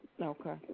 Okay